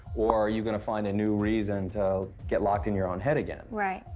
or are you gonna find a new reason to get locked in your own head again? right.